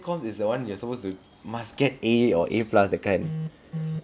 comms is the one you are supposed to must get A or A plus that kind is